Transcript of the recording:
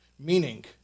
Meaning